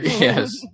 Yes